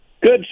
Good